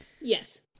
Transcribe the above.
Yes